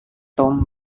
tom